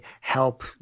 help